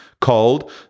called